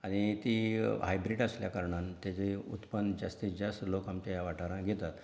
आनी तीं हायब्रिड आसल्या कारणान तेजें उत्पन्न जास्तींत जास्त लोक आमचे ह्या वाठारांत घेतात